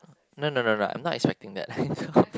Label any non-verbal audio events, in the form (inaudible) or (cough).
no no no no I'm not expecting that (laughs)